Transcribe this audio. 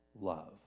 love